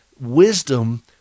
wisdom